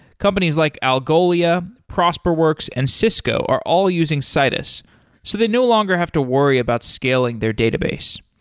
companies like algolia, prosperworks and cisco are all using citus so they no longer have to worry about scaling their database.